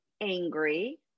angry